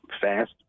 fast